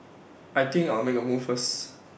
I think I'll make A move first